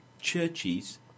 churches